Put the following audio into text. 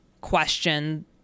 question